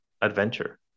adventure